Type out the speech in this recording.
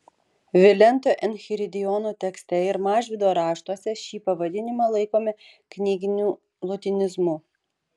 vilento enchiridiono tekste ir mažvydo raštuose šį pavadinimą laikome knyginiu lotynizmu